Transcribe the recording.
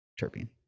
terpene